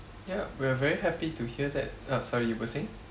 ya we're very happy to hear that uh sorry you were saying